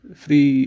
free